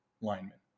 lineman